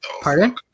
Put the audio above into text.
Pardon